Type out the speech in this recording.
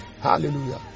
Hallelujah